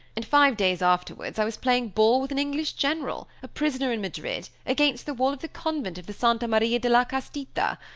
and five days afterwards i was playing ball with an english general, a prisoner in madrid, against the wall of the convent of the santa maria de la castita!